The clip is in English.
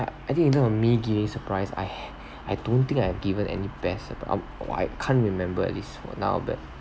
I think in terms of me giving surprise I I don't think I have given any best surprise I'm I can't remember at least for now but